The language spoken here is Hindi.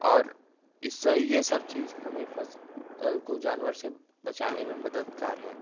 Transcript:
और इससे ये सब हमें फसल को जानवर से बचाने में मददगार है